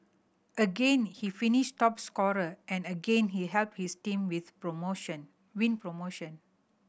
again he finished top scorer and again he helped his team with promotion win promotion